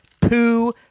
poo